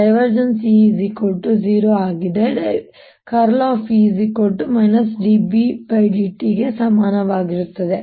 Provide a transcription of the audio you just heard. E 0 ಆಗಿದೆ ಆದರೆ B∂t ಗೆ ಸಮಾನವಾಗಿರುತ್ತದೆ